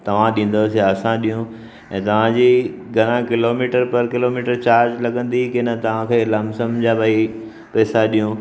तव्हां ॾींदोसि या असां ॾियूं ऐं तव्हां जी घणा किलोमीटर पर किलोमीटर चार्ज लॻंदी की न तव्हां खे लमसम जा भाई पैंसा ॾियूं